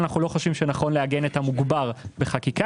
אנחנו לא חושבים שנכון לעגן את המוגבר בחקיקה,